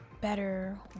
better